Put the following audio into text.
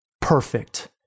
perfect